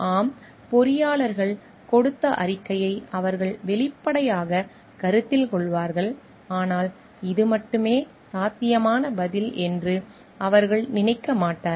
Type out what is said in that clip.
ஆம் பொறியாளர்கள் கொடுத்த அறிக்கையை அவர்கள் வெளிப்படையாகக் கருத்தில் கொள்வார்கள் ஆனால் இது மட்டுமே சாத்தியமான பதில் என்று அவர்கள் நினைக்க மாட்டார்கள்